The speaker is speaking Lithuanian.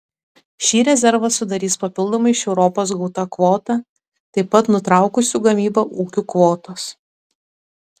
šį rezervą sudarys papildomai iš europos gauta kvota taip pat nutraukusių gamybą ūkių kvotos